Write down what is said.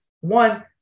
one